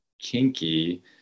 kinky